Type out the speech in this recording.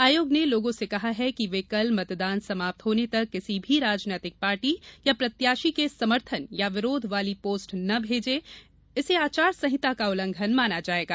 आयोग ने लोगों से कहा है कि ये कल मतदान समाप्त होने तक किसी भी राजनीतिक पार्टी या प्रत्याशी के समर्थन या विरोध वाली पोस्ट न भेजें इसे आचार संहिता का उल्लंघन माना जायेगा